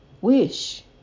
Wish